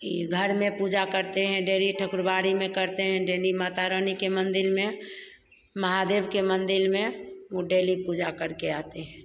यह घर में पूजा करते हैं डेरी ठकुर बाड़ी में करते हैं डेनी माता रानी के मंदिर में महादेव के मंदिर में वह डेली पूजा करके आते हैं